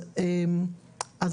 קדימה, סיגל.